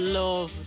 love